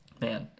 Man